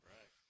Right